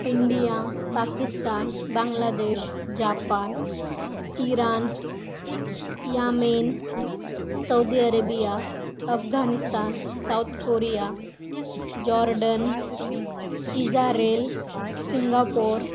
India Pakistan Bangladesh Japan Iran Yemen Saudi Arabia Afghanistan South Korea jordan Israel Singapore